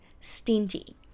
stingy